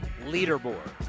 leaderboard